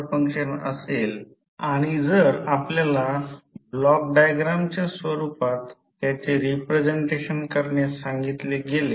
तर ती प्रत्यक्षात येत आहे जर ती हाताने पकडली तर त्याची दिशा अंगठ्याच्या दिशेप्रमाणे असेल